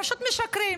פשוט משקרים.